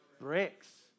Bricks